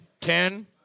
ten